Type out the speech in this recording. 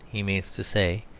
he means to say,